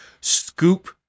scoop